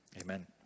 Amen